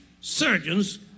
surgeons